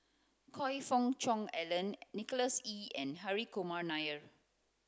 Choe Fook Cheong Alan Nicholas Ee and Hri Kumar Nair